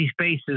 spaces